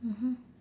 mmhmm